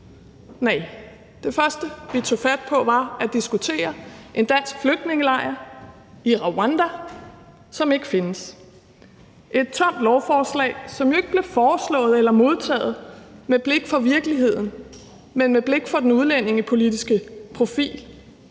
Næ, det første, vi tog fat på, var at diskutere en dansk flygtningelejr i Rwanda, som ikke findes. Det var et tomt lovforslag, som jo ikke blev forslået eller modtaget med blik for virkeligheden, men med blik for den udlændingepolitiske profil.